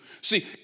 See